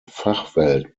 fachwelt